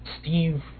Steve